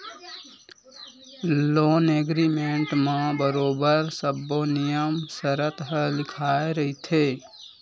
loan agreement म बरोबर सब्बो नियम सरत ह लिखाए रहिथे